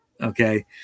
Okay